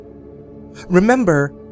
Remember